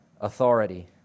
Authority